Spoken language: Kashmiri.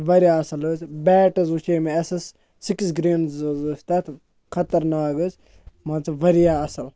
واریاہ اَصٕل حظ بیٹ حظ وُچھے مےٚ اٮ۪س اٮ۪س سِکِس گرٛینز حظ ٲسۍ تَتھ خَطرناک حظ مانٛژٕ واریاہ اَصٕل